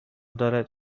دارد